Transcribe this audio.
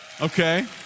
Okay